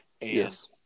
Yes